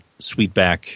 Sweetback